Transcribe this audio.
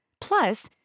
Plus